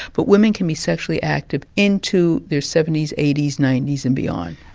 but women can be sexually active into their seventy s, eighty s, ninety s and beyond.